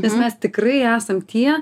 nes mes tikrai esam tie